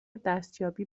دستیابی